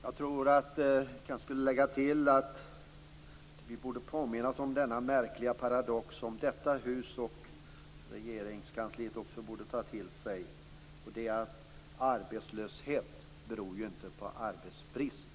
Herr talman! Jag tror att både vi i detta hus och i Regeringskansliet måste påminna oss denna märkliga paradox, nämligen att arbetslöshet inte beror på arbetsbrist.